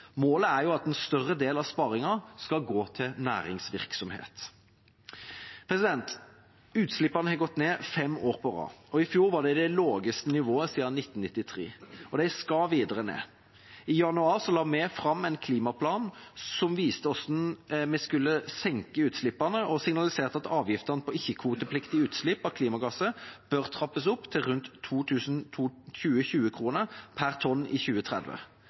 Målet er jo at en større del av sparingen skal gå til næringsvirksomhet. Utslippene har gått ned fem år på rad, og i fjor var det det laveste nivået siden 1993. De skal videre ned. I januar la vi fram en klimaplan som viste hvordan vi skulle senke utslippene, og signaliserte at avgiftene på ikke-kvotepliktige utslipp av klimagasser bør trappes opp til rundt 2 000 2020-kroner per tonn i 2030.